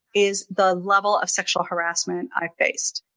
is the level of sexual harassment i faced,